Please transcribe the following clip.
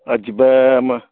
ଆ ଯିବା ଆମା